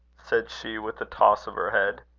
said she, with a toss of her head.